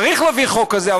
צריך להביא חוק כזה,